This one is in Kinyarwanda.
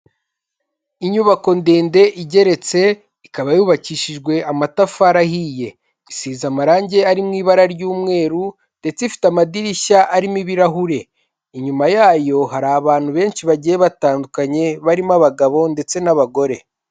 Inyubako ndende igeretse ikaba yubakishijwe amatafari ahiye. iIsize amarangi ari mu ibara ry'umweru ndetse ifite amadirishya arimo ibirahure. Inyuma yayo hari abantu benshi bagiye batandukanye barimo abagabo ndetse n'abagore.